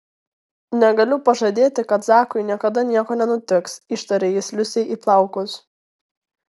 negaliu pažadėti kad zakui niekada nieko nenutiks ištarė jis liusei į plaukus